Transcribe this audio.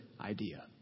idea